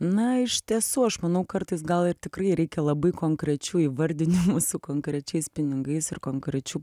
na iš tiesų aš manau kartais gal ir tikrai reikia labai konkrečių įvardinimų su konkrečiais pinigais ir konkrečių